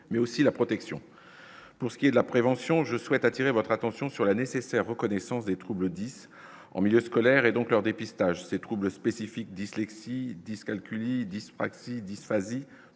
mais aussi la protection pour ce qui est de la prévention, je souhaite attirer votre attention sur la nécessaire reconnaissance des troubles dys en milieu scolaire et donc leur dépistage ces troubles spécifiques dyslexie 10 calculent il dyspraxie, dysphasie,